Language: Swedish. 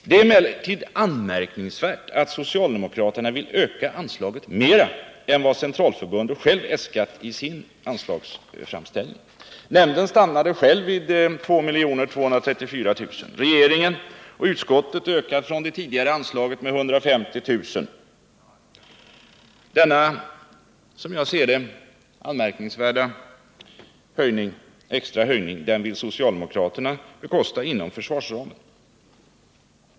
Det är emellertid anmärkningsvärt att socialdemokraterna vill öka anslaget mera än vad centralförbundet självt äskar i sin anslagsframställning. Nämnden stannade själv vid 2 234 000. Regeringen och utskottet ökar från det tidigare anslaget med 150 000. Denna som jag ser det anmärkningsvärda extra höjning vill socialdemokraterna bekosta inom försvarsramen.